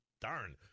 Darn